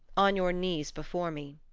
on your knees before me.